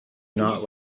not